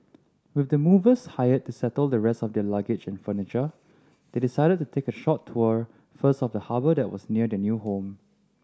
with the movers hired to settle the rest of their luggage and furniture they decided to take a short tour first of the harbour that was near their new home